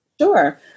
Sure